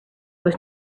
was